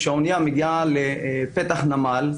כאשר האנייה מגיעה לפתח נמל,